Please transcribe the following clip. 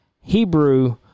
Hebrew